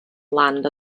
land